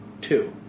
Two